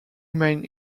main